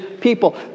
people